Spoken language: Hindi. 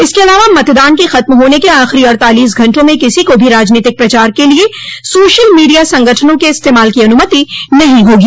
इसके अलावा मतदान के खत्म होने के आख़िरी अड़तालिस घंटों में किसी को भी राजनीतिक प्रचार के लिए सोशल मीडिया संगठनों के इस्तेमाल की अनुमति नहीं होगी